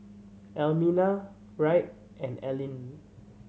Almina Wright and Allyn